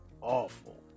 awful